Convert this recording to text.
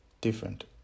different